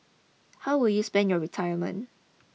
how will you spend your retirement